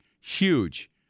huge